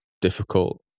difficult